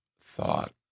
thought